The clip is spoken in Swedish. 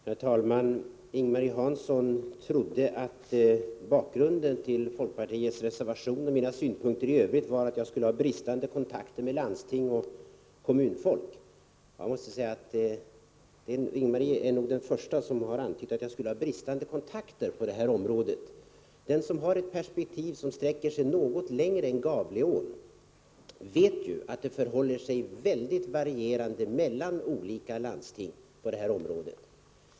Herr talman! Ing-Marie Hansson trodde att bakgrunden till folkpartiets reservation och mina synpunkter i övrigt var att jag hade bristande kontakt med landstingsoch kommunfolk. Ing-Marie Hansson är nog den första som antytt att jag skulle ha bristande kontakter på detta område. Den som har ett perspektiv som sträcker sig något längre än Gavleån vet att förhållandena varierar mycket mellan olika landsting.